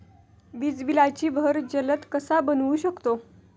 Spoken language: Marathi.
बिजलीचा बहर जलद कसा बनवू शकतो?